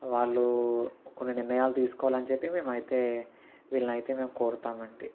వాళ్ళు కొన్ని నిర్ణయాలు తీసుకోవాలని చెప్పి మేము అయితే వీళ్ళను అయితే మేము కోరుతాము అండి